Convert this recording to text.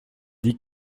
dit